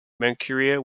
manchuria